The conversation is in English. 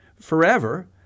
forever